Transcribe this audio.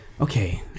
okay